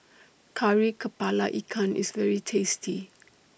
Kari Kepala Ikan IS very tasty